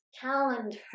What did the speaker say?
calendar